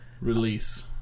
release